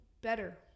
better